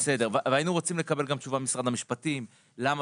היינו רוצים לקבל תשובה ממשרד המשפטים למה